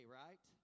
right